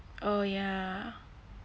oh ya